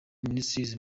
ministries